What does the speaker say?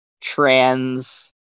trans